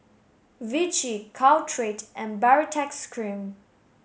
Vichy Caltrate and Baritex cream